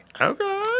Okay